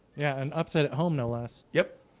yeah an upset at home no, less. yep